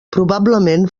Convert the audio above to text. probablement